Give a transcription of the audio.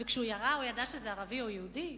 כשהוא ירה, הוא ידע שזה ערבי או יהודי?